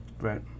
Right